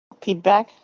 feedback